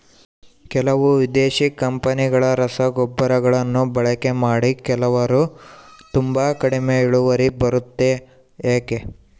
ಕೆಲವು ವಿದೇಶಿ ಕಂಪನಿಗಳ ರಸಗೊಬ್ಬರಗಳನ್ನು ಬಳಕೆ ಮಾಡಿ ಕೆಲವರು ತುಂಬಾ ಕಡಿಮೆ ಇಳುವರಿ ಬರುತ್ತೆ ಯಾಕೆ?